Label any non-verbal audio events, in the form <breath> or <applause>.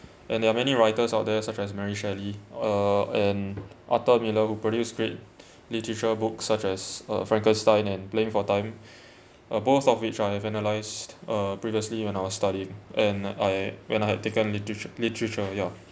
and there are many writers out there such as mary shelley uh and arthur miller who produce great literature books such as uh frankenstein and blame for time <breath> uh both of which I have analysed uh previously when I was studying and I when I had taken literature literature yeah